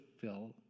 fill